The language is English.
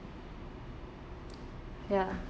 ya